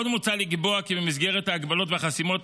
עוד מוצע לקבוע כי במסגרת ההגבלות והחסימות,